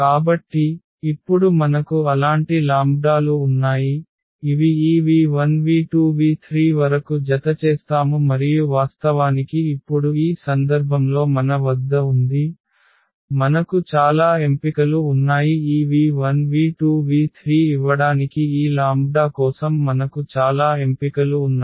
కాబట్టి ఇప్పుడు మనకు అలాంటి లాంబ్డాలు ఉన్నాయి ఇవి ఈ v1 v2 v3 వరకు జతచేస్తాము మరియు వాస్తవానికి ఇప్పుడు ఈ సందర్భంలో మన వద్ద ఉంది మనకు చాలా ఎంపికలు ఉన్నాయి ఈ v1 v2 v3 ఇవ్వడానికి ఈ లాంబ్డా కోసం మనకు చాలా ఎంపికలు ఉన్నాయి